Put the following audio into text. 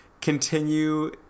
Continue